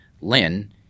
Lynn